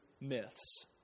myths